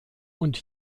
und